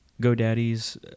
GoDaddy's